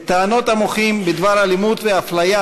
את טענות המוחים בדבר אלימות ואפליה,